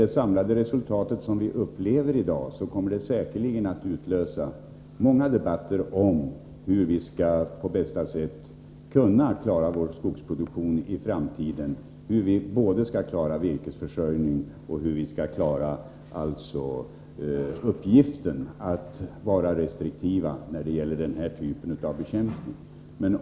Det samlade resultat som vi ser i dag kommer säkerligen att utlösa många debatter om hur vi på bästa sätt skall kunna klara vår skogsproduktion i framtiden, hur vi skall klara både virkesförsörjningen och uppgiften att vara restriktiva när det gäller denna typ av bekämpning.